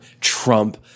Trump